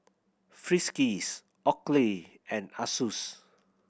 Friskies Oakley and Asus